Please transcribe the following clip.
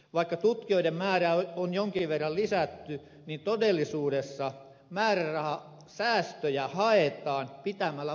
vaikka tutkijoiden määrää on jonkin verran lisätty niin todellisuudessa määrärahasäästöjä haetaan pitämällä vakansseja auki